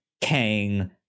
Kang